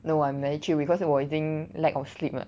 no I'm very chill because 我已经 lack of sleep 了